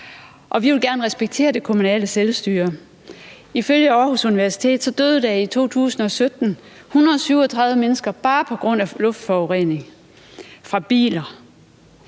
Vi vil gerne respektere det kommunale selvstyre. Ifølge Aarhus Universitet døde der i 2017 137 mennesker bare på grund af luftforurening fra biler.